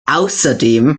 außerdem